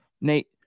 Nate